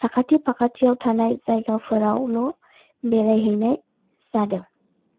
साखाथि फाखाथियाव थानाय जायगाफोरावल' बेरायहैनाय जादों